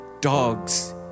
dogs